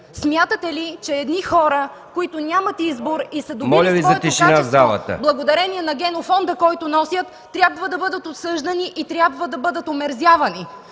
Смятате ли, че едни хора, които нямат избор и са добили своето качество благодарение на генофонда, който носят, трябва да бъдат осъждани и трябва да бъдат омерзявани?